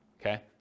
okay